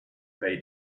bay